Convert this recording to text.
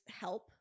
help